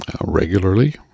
regularly